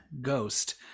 ghost